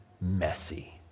messy